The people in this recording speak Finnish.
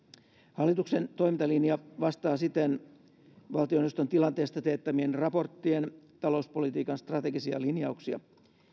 hallituksen toimintalinja vastaa siten valtioneuvoston tilanteesta teettämien raporttien talouspolitiikan strategisia linjauksia